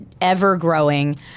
ever-growing